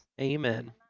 Amen